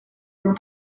were